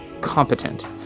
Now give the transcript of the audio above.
competent